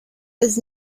was